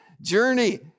journey